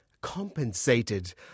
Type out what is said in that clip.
compensated